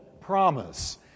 promise